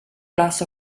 glass